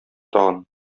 тагын